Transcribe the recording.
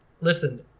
listen